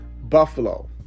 Buffalo